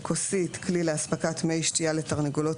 "כוסית" כלי לאספקת מי שתייה לתרנגולות